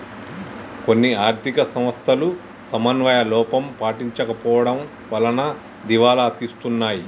కొన్ని ఆర్ధిక సంస్థలు సమన్వయ లోపం పాటించకపోవడం వలన దివాలా తీస్తున్నాయి